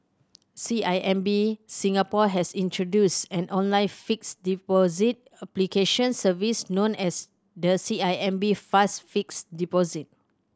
C I M B Singapore has introduced an online fixed deposit application service known as the C I M B Fast Fixed Deposit